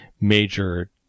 major